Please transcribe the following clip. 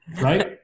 Right